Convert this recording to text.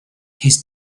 his